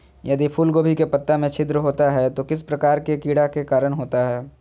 यदि फूलगोभी के पत्ता में छिद्र होता है तो किस प्रकार के कीड़ा के कारण होता है?